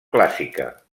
clàssica